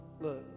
Look